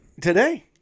Today